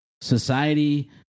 society